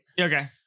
Okay